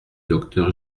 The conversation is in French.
docteur